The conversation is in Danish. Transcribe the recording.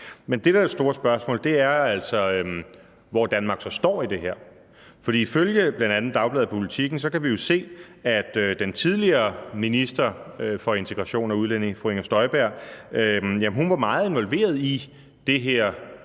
Men det, der er det store spørgsmål, er altså, hvor Danmark så står i det her. For ifølge bl.a. dagbladet Politiken kan vi jo se, at den tidligere minister for integration og udlændinge, fru Inger Støjberg, var meget involveret i det her